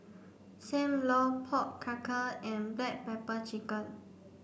Sam Lau pork Knuckle and black pepper chicken